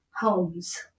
homes